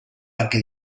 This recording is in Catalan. perquè